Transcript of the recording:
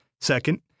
Second